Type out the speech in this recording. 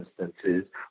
instances